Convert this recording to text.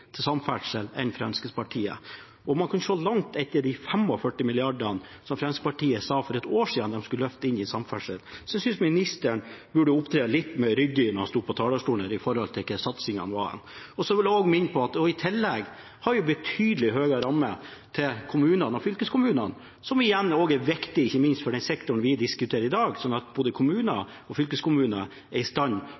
til samferdsel enn Fremskrittspartiet, og man kunne se langt etter de 45 mrd. kr som Fremskrittspartiet for et år siden sa at de skulle løfte inn i samferdsel. Jeg synes ministeren, når han står på talerstolen her, burde opptre litt mer ryddig i forhold til hva satsingene var. Jeg vil også minne om at vi i tillegg hadde betydelig høyere ramme til kommunene og fylkeskommunene, som ikke minst er viktige for den sektoren vi diskuterer i dag – for at både kommuner